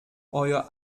euer